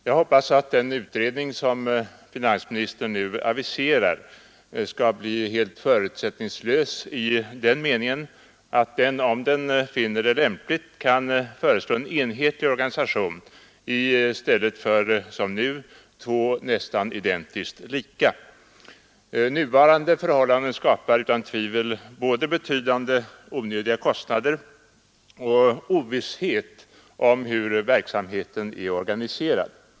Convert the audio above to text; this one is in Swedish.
Jag hoppas att den utredning som finansministern nu aviserar skall bli helt förutsättningslös i den meningen att den — om den finner det lämpligt — kan föreslå en enhetlig organisation i stället för som nu två nästan identiskt lika. Nuvarande förhållanden skapar utan tvivel både betydande onödiga kostnader och ovisshet om hur verksamheten är organiserad.